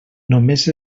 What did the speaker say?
només